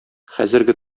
хәзерге